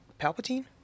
Palpatine